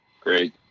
Great